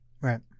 right